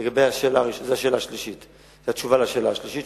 זו התשובה לשאלה השלישית.